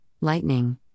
lightning